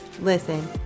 listen